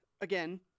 again